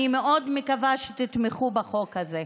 אני מאוד מקווה שתתמכו בחוק הזה.